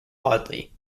audley